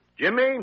Jimmy